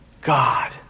God